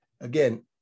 again